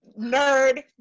nerd